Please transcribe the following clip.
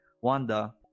wanda